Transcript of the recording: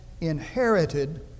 inherited